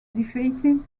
defeated